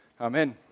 Amen